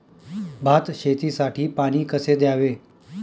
भात शेतीसाठी पाणी कसे द्यावे?